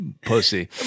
pussy